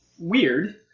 Weird